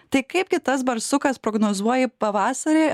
tai kaipgi tas barsukas prognozuoji pavasarį